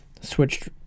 switched